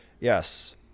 Yes